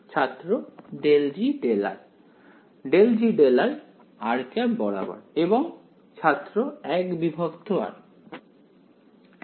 ছাত্র ∂G∂r ∂G∂r বরাবর এবং ছাত্র 1 বিভক্ত r